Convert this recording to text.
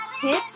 tips